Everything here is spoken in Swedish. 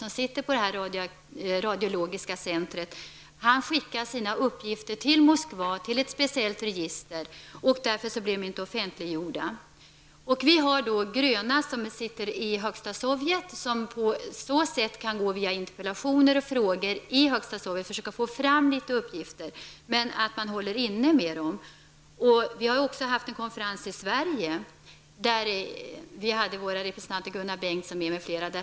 Han arbetar på det här radiologiska centret och skickade sina uppgifter till Moskva, till ett speciellt register, och därför blev de inte offentliggjorda. Vi har gröna ledamöter i Högsta sovjet och de kan via interpellationer och frågor i Högsta sovjet försöka få fram uppgifter. Men man håller inne med dem. Vi har också haft en konferens i Sverige, där en av representanterna var Gunnar Bengtsson.